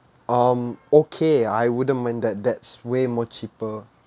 um okay I wouldn't mind that that's way more cheaper